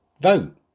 vote